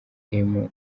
emu